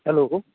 hello